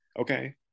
Okay